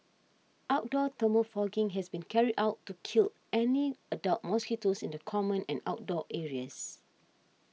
outdoor thermal fogging has been carried out to kill any adult mosquitoes in the common and outdoor areas